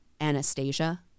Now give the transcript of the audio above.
Anastasia